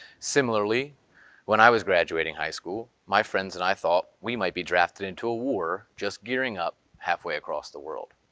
similarly when i was graduating high school, my friends and i thought we might be drafted into a war just gearing up, halfway across the world.